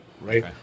right